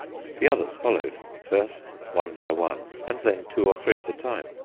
the others followed, first one by one and then two or three at a time.